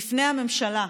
בפני הממשלה.